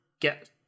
get